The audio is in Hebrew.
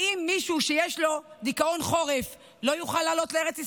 האם מישהו שיש לו דיכאון חורף לא יוכל לעלות לארץ ישראל?